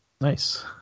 Nice